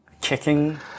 kicking